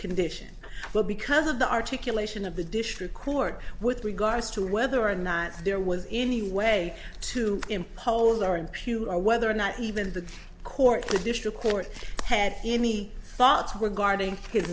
condition where because of the articulation of the district court with regards to whether or not there was any way to impose our impute or whether or not even the court the district court had any thoughts were guarding